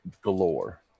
galore